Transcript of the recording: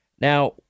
Now